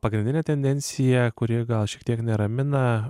pagrindinė tendencija kuri gal šiek tiek neramina